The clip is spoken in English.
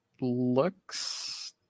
looks